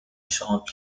short